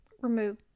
remove